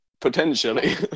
potentially